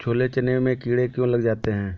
छोले चने में कीड़े क्यो लग जाते हैं?